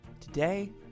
Today